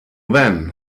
then